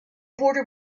border